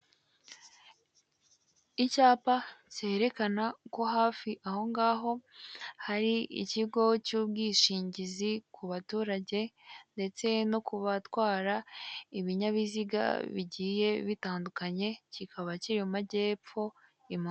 Icyapa kerekana ko hafi aho ngaho hari ikigo cy'ubwishingizi ku baturage ndetse no ku batwara ibinyabiziga bigiye bitandukanye kikaba kiri mu majyepfo i Muhanga.